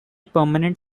permanent